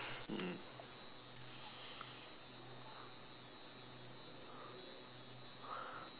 mm